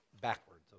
backwards